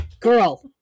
Girl